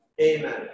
Amen